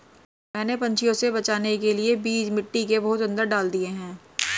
मैंने पंछियों से बचाने के लिए बीज मिट्टी के बहुत अंदर डाल दिए हैं